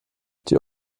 die